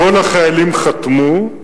כל החיילים חתמו,